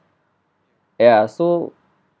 ya so